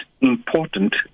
important